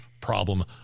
problem